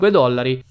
dollari